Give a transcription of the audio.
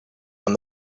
when